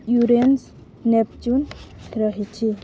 Uranus Neptune ରହିଛି